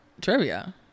Trivia